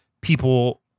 People